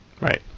Right